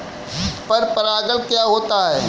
पर परागण क्या होता है?